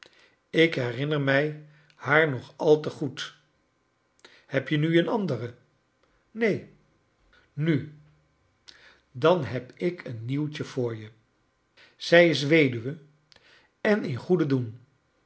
ik herinner mij haar nog al te goed heb je nu een andere neen nu dan heb ik een nieuwtje voor je zij is weduwe en in goeden doen